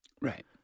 Right